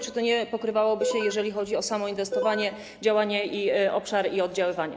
Czy to nie pokrywałoby się, jeżeli chodzi o samo inwestowanie, działanie, obszar i oddziaływanie?